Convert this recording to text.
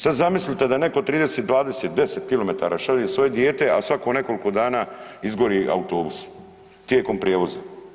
Sad zamislite da netko 30, 20, 10 km šalje svoje dijete, a svako nekoliko dana izgori autobus tijekom prijevoza.